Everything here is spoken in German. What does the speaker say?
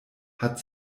hat